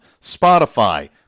Spotify